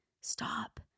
stop